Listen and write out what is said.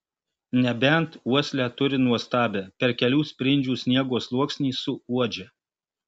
nebent uoslę turi nuostabią per kelių sprindžių sniego sluoksnį suuodžia